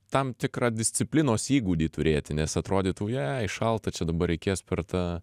tam tikrą disciplinos įgūdį turėti nes atrodytų jai šalta čia dabar reikės per tą